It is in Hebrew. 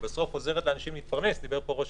היא בסוף עוזרת לאנשים להתפרנס דיבר פה ראש